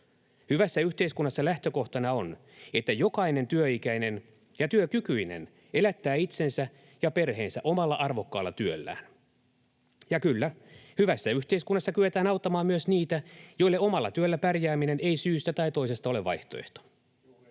Hyvässä yhteiskunnassa lähtökohtana on, että jokainen työikäinen ja työkykyinen elättää itsensä ja perheensä omalla arvokkaalla työllään, ja kyllä, hyvässä yhteiskunnassa kyetään auttamaan myös niitä, joille omalla työllä pärjääminen ei syystä tai toisesta ole vaihtoehto.